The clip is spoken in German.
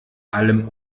allem